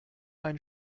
einen